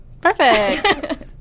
perfect